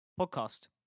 podcast